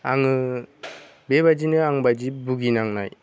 आङो बेबायदिनो आं बायदि भुगिनांनाय